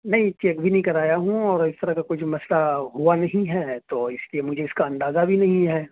نہیں چیک بھی نہیں کرایا ہوں اور اس طرح کا کوئی مسئلہ ہوا نہیں ہے تو اس لیے مجھے اس کا اندازہ بھی نہیں ہے